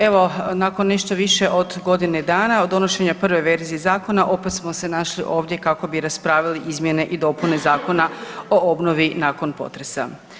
Evo nakon nešto više od godine dana od donošenja prve verzije zakona opet smo se našli ovdje kako bi raspravili izmjene i dopune Zakona o obnovi nakon potresa.